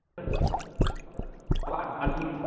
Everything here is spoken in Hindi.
खाद डालिए